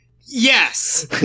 Yes